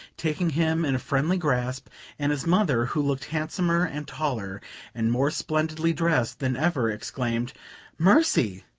taking him in a friendly grasp and his mother, who looked handsomer and taller and more splendidly dressed than ever, exclaimed mercy!